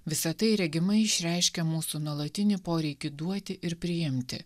visa tai regimai išreiškia mūsų nuolatinį poreikį duoti ir priimti